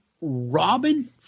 Robin